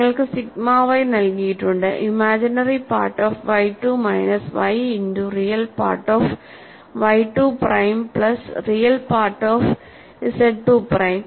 നിങ്ങൾക്ക് sigma y നൽകിയിട്ടുണ്ട് imaginary part of YII minus y into real part of YII prime plus real part of ZIIപ്രൈം